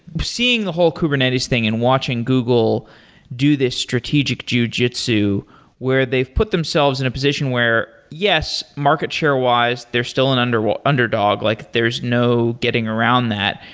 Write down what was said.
seeing the whole kubernetes thing and watching google do this strategic jujitsu where they've put themselves in a position where, yes, market share-wise, they're still an underwater. and like there's no getting around that,